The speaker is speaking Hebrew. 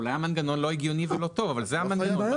אולי המנגנון לא הגיוני ולא טוב, אבל זה המנגנון.